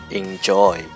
enjoy